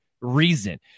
reason